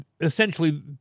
Essentially